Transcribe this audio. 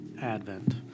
advent